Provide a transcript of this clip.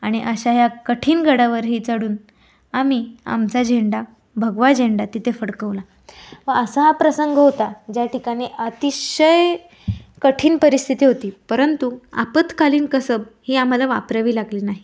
आणि अशा ह्या कठीण गडावरही चढून आम्ही आमचा झेंडा भगवा झेंडा तिथे फडकवला व असा हा प्रसंग होता ज्या ठिकाणी अतिशय कठीण परिस्थिती होती परंतु आपत्कालीन कसब ही आम्हाला वापरावी लागली नाही